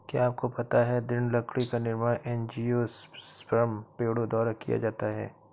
क्या आपको पता है दृढ़ लकड़ी का निर्माण एंजियोस्पर्म पेड़ों द्वारा किया जाता है?